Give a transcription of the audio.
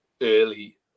early